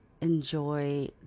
enjoy